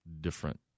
different